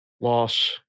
Loss